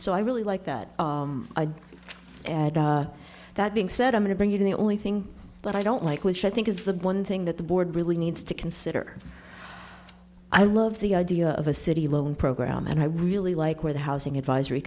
so i really like that idea that being said i'm going to bring you the only thing that i don't like which i think is the one thing that the board really needs to consider i love the idea of a city loan program and i really like where the housing advisory